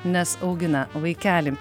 nes augina vaikelį